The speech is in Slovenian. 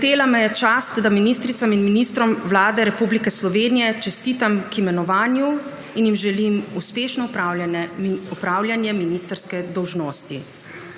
Doletela me je čast, da ministricam in ministrom Vlade Republike Slovenije čestitam k imenovanju in jim želim uspešno opravljanje ministrske dolžnosti.